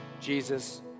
Jesus